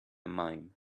mime